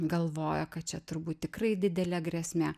galvojo kad čia turbūt tikrai didelė grėsmė